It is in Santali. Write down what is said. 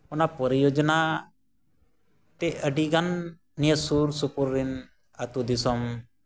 ᱚᱱᱟ ᱯᱚᱨᱤᱡᱚᱡᱽᱱᱟ ᱛᱮ ᱟᱹᱰᱤᱜᱟᱱ ᱱᱤᱭᱟᱹ ᱥᱩᱨᱼᱥᱩᱯᱩᱨ ᱨᱮᱱ ᱟᱹᱛᱩ ᱫᱤᱥᱚᱢ